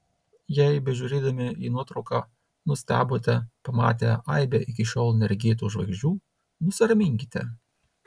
jei bežiūrėdami į nuotrauką nustebote pamatę aibę iki šiol neregėtų žvaigždžių nusiraminkite